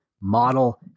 model